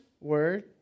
word